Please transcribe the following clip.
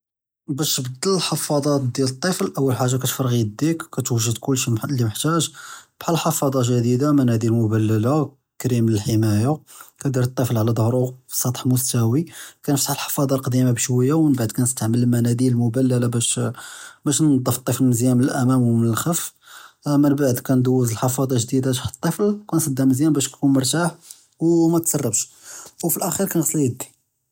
באש תבדל אלחפאצאת דיאל אלטפל אול חאגה כתפרע ידיק, כתוג'ד כלשי אלי מִחְתאג בחאל חפאצָה ג'דִידה, מןאדִל מֻבלּלה, כּרִים לִלִחִמאיה, דיר טפל עלא דַהְרו פִסּטח מִסתַווי, כנְגלֶק אלחפאצָה אלקדִימה בשוִיָה, ומןבעד כנסטעמל אלמנאדִל אלמֻבלּלה בשוִיָה מן אלאמאם ומן אלח'לף, ומןבעד כּנדוּז אלחפאצָה ג'דִידה תחת אלטפל באש יכון מִרתָאח וּמתתסרבּש, ופלאכִ'יר כנְעְ'סל ידי.